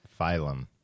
Phylum